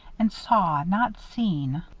and saw, not seen.